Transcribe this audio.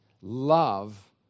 love